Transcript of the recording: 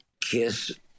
Kiss